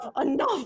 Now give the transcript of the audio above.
enough